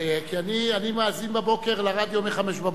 אני מאזין לרדיו מ-05:00.